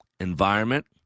environment